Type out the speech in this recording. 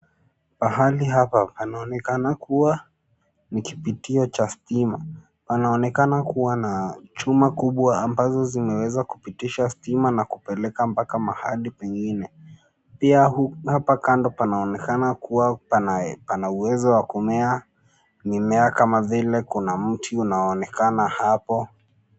Pahali hapa panaonekana kuwa, ni kipitio cha stima, panaonekana kuwa na, chuma kubwa ambazo zinaweza kupitisha stima na kupeleka mpaka mahali pengine, pia hapa kando panaonekana kuwa pana uwezo wa kumea, mimea kama vile kuna mti unaonekana hapo.